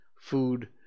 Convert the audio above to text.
food